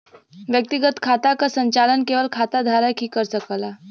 व्यक्तिगत खाता क संचालन केवल खाता धारक ही कर सकला